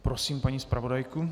Prosím paní zpravodajku.